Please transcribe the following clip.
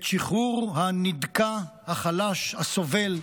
את שחרור הנדכא, החלש, הסובל,